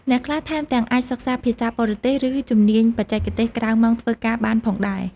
អ្នកខ្លះថែមទាំងអាចសិក្សាភាសាបរទេស ឬជំនាញបច្ចេកទេសក្រៅម៉ោងធ្វើការបានផងដែរ។